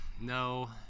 no